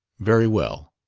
very well.